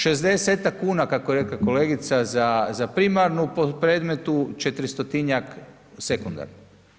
60-tak kuna kako je rekla kolegica za primarnu po predmetu, 400-tinjak sekundarnu.